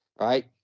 right